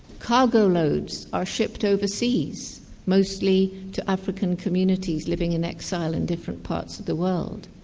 cargo-loads are shipped overseas, mostly to african communities living in exile in different parts of the world.